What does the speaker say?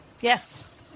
Yes